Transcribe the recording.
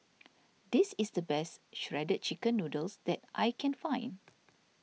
this is the best Shredded Chicken Noodles that I can find